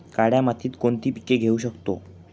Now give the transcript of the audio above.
काळ्या मातीत कोणती पिके घेऊ शकतो?